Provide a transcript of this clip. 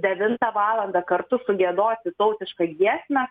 devintą valandą kartu sugiedoti tautišką giesmę